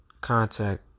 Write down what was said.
contact